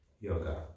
yoga